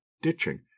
ditching